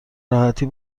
راحتی